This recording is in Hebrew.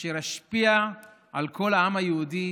אשר ישפיע על כל העם היהודי